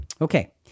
Okay